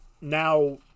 Now